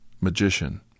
magician